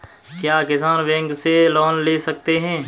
क्या किसान बैंक से लोन ले सकते हैं?